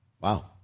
Wow